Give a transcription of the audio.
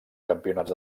campionats